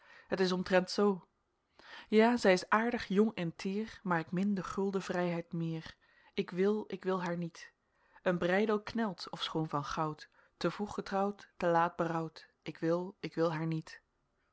het is omtrent zoo ja zij is aardig jong en teer maar k min de gulde vrijheid meer ik wil ik wil haar niet een breidel knelt ofschoon van goud te vroeg getrouwd te laat berouwd ik wil ik wil haar niet